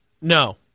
No